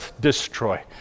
destroy